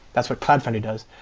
that's what cloud foundry does.